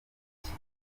y’iki